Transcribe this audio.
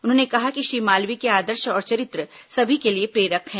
उन्होंने कहा कि श्री मालवीय के आदर्श और चरित्र सभी के लिए प्रेरक है